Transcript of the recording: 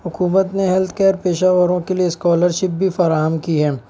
حکومت نے health care پیشہ وروں کے لیے اسکالرشپ بھی فراہم کی ہے